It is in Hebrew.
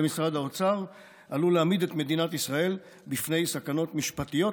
משרד האוצר עלול להעמיד את מדינת ישראל בפני סכנות משפטיות